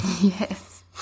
Yes